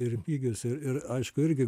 ir pigios ir ir aišku irgi